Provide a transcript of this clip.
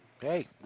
hey